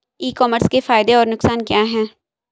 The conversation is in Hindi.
ई कॉमर्स के फायदे और नुकसान क्या हैं?